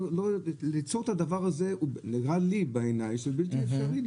ליצור את הדבר הזה, בעיניי זה בלתי אפשרי.